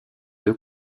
deux